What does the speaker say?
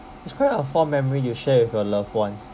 describe a fond memory you share with your loved ones